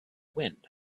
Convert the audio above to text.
wind